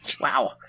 wow